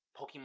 Pokemon